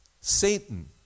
Satan